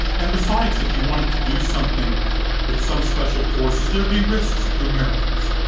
and besides, if you wanted to do something with some special forces, there'd be risks to americans.